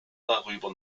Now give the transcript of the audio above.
darüber